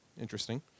Interesting